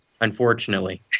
unfortunately